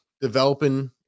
developing